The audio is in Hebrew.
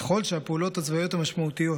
ככל שהפעולות הצבאיות המשמעותיות